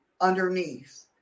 underneath